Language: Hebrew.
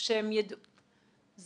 זה